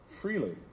freely